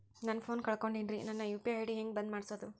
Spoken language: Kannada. ನನ್ನ ಫೋನ್ ಕಳಕೊಂಡೆನ್ರೇ ನನ್ ಯು.ಪಿ.ಐ ಐ.ಡಿ ಹೆಂಗ್ ಬಂದ್ ಮಾಡ್ಸೋದು?